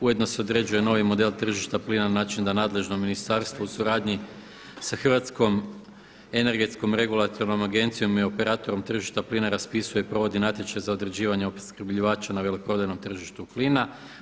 Ujedno se određuje novi model tržišta plina na način da nadležno ministarstvo u suradnji sa Hrvatskom energetskom regulatornom agencijom i operatorom tržišta plina raspisuje i provodi natječaj za određivanje opskrbljivača na veleprodajnom tržištu plina.